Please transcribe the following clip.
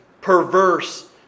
perverse